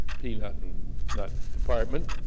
peanut, and nut department,